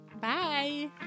Bye